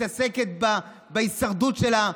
מתעסקת בהישרדות שלה.